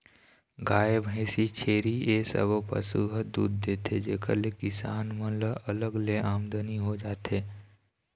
गाय, भइसी, छेरी ए सब्बो पशु ह दूद देथे जेखर ले किसान मन ल अलग ले आमदनी हो जाथे